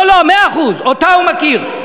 לא, מאה אחוז, אותה הוא מכיר.